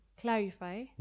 clarify